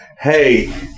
hey